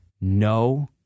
no